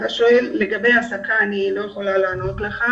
אני לא יכולה לענות לך לגבי העסקה.